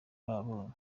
babonye